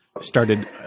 started